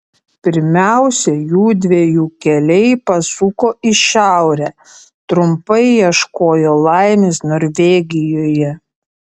pirmiausia jųdviejų keliai pasuko į šiaurę trumpai ieškojo laimės norvegijoje